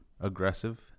aggressive